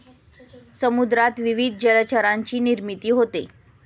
समुद्रात विविध जलचरांची निर्मिती होते